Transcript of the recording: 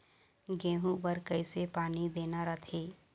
गेहूं बर कइसे पानी देना रथे?